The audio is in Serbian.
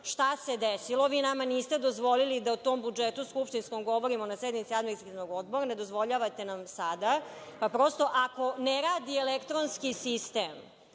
šta se desilo, vi nama niste dozvolili da o tom skupštinskom budžetu govorimo na sednici Administrativnog odbora, ne dozvoljavate nam sada, pa prosto, ako ne radi elektronski sistem,